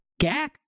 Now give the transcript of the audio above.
Gak